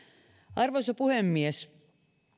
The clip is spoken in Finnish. arvoisa puhemies